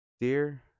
Dear